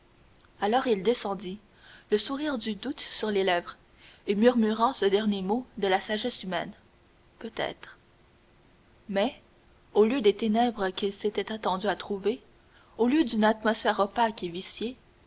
alors il descendit le sourire du doute sur les lèvres en murmurant ce dernier mot de la sagesse humaine peut-être mais au lieu des ténèbres qu'il s'était attendu trouver au lieu d'une atmosphère opaque et viciée